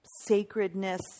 sacredness